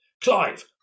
Clive